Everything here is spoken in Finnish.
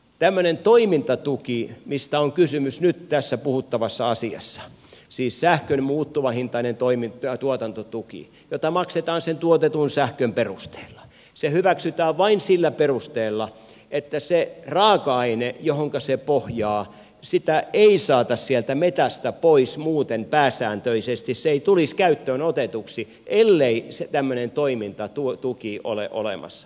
tämmöinen toimintatuki mistä on kysymys nyt tässä puhuttavassa asiassa siis sähkön muuttuvahintainen tuotantotuki jota maksetaan sen tuotetun sähkön perusteella hyväksytään vain sillä perusteella että sitä raaka ainetta johonka se pohjaa ei saataisi sieltä metsästä pois muuten pääsääntöisesti se ei tulisi käyttöön otetuksi ellei tämmöinen toimintatuki olisi olemassa